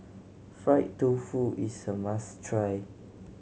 fried tofu is a must try